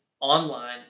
online